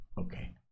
Okay